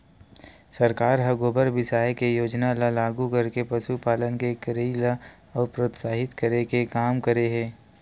सरकार ह गोबर बिसाये के योजना ल लागू करके पसुपालन के करई ल अउ प्रोत्साहित करे के काम करे हे